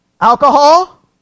Alcohol